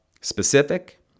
specific